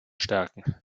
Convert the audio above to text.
stärken